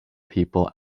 people